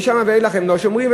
משם ואילך הם לא שומרים,